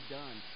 done